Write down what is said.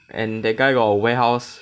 and the guy got warehouse